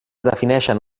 defineixen